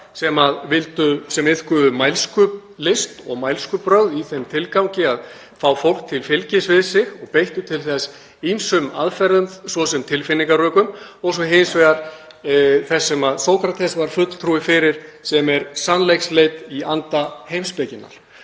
vegar sófistar sem iðkuðu mælskulist og mælskubrögð í þeim tilgangi að fá fólk til fylgis við sig og beittu til þess ýmsum aðferðum, svo sem tilfinningarökum, og svo hins vegar þeir sem Sókrates var fulltrúi fyrir, sem er sannleiksleit í anda heimspekinnar.